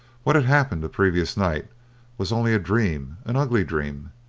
what had happened the previous night was only a dream, an ugly dream.